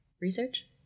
Research